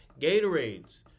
Gatorades